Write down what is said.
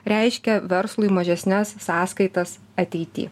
reiškia verslui mažesnes sąskaitas ateityj